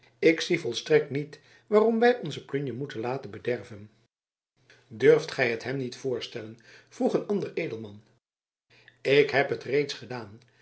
ik zie volstrekt niet waarom wij onze plunje moeten laten bederven durft gij het hem niet voorstellen vroeg een ander edelman ik heb het reeds gedaan